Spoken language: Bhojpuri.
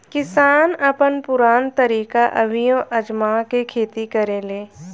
किसान अपन पुरान तरीका अभियो आजमा के खेती करेलें